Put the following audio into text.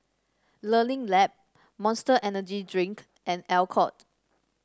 Learning Lab Monster Energy Drink and Alcott